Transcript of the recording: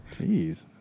Jeez